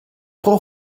pro